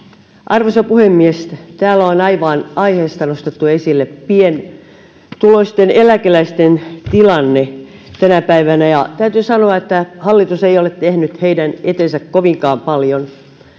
arvoisa puhemies täällä on aivan aiheesta nostettu esille pienituloisten eläkeläisten tilanne tänä päivänä ja täytyy sanoa että hallitus ei ole tehnyt heidän eteensä kovinkaan paljon